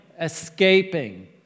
escaping